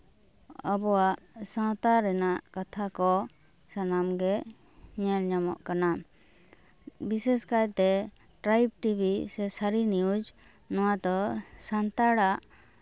ᱟᱵᱚᱣᱟᱜ ᱥᱟᱶᱛᱟ ᱨᱮᱱᱟᱜ ᱠᱟᱛᱷᱟ ᱠᱚ ᱥᱟᱱᱟᱢ ᱜᱮ ᱧᱮᱞ ᱧᱟᱢᱚᱜ ᱠᱟᱱᱟ ᱵᱤᱥᱮᱥ ᱠᱟᱭᱛᱮ ᱴᱨᱟᱭᱤᱵᱽ ᱴᱤᱵᱷᱤ ᱥᱮ ᱥᱟᱹᱨᱤ ᱱᱤᱭᱩᱡᱽ ᱱᱚᱣᱟ ᱫᱚ ᱥᱟᱱᱛᱟᱲᱟᱜ